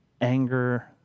anger